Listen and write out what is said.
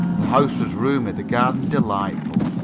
the house was roomy, the garden delightful.